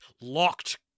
locked